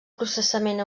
processament